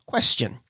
Question